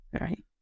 Right